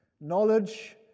Knowledge